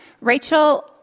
Rachel